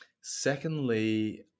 Secondly